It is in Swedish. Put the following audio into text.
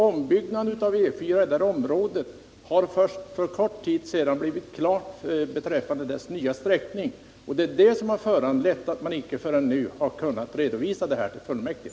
Ombyggnaden av E 4 i det området har för kort tid sedan blivit klar beträffande den nya sträckningen. Det har föranlett att man inte förrän nu har kunnat redovisa den här frågan till fullmäktige.